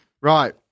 Right